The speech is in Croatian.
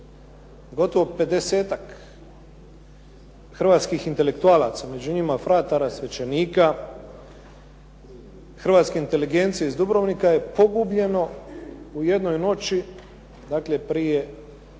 Gotovo 50-ak hrvatskih intelektualaca, među njima fratara i svećenika hrvatske inteligencije iz Dubrovnika je pogubljeno u jednoj noći, dakle prije 64 godine.